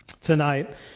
tonight